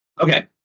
Okay